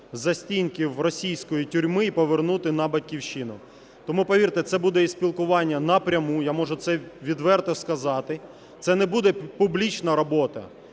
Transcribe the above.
застінків російської тюрми і повернути на Батьківщину. Тому, повірте, це буде і спілкування напряму, я можу це відверто сказати. Це не буде публічна робота,